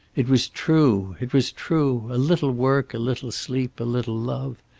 it was true. it was true. a little work, a little sleep, a little love.